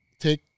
take